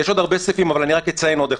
יש עוד הרבה סעיפם אבל אני אציין עוד אחד.